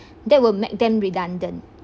that will make them redundant